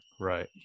right